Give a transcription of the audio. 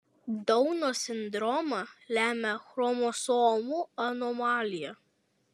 dauno sindromą lemia chromosomų anomalija